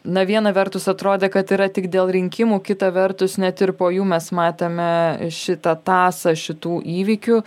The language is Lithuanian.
na viena vertus atrodė kad yra tik dėl rinkimų kita vertus net ir po jų mes matėme šitą tąsą šitų įvykių